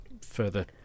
further